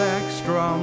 extra